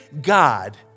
God